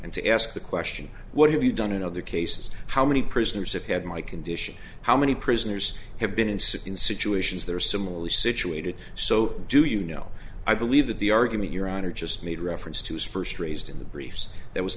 and to ask the question what have you done in other cases how many prisoners have had my condition how many prisoners have been sick in situations that are similarly situated so do you know i believe that the argument your honor just made reference to his first raised in the briefs there was